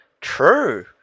True